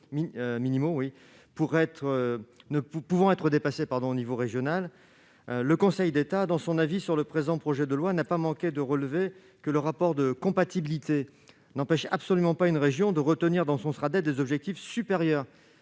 minimaux pouvant être dépassés. Le Conseil d'État, dans son avis sur le présent projet de loi, n'a pas manqué de relever que le rapport de compatibilité n'empêche absolument pas une région de retenir dans son Sraddet des objectifs supérieurs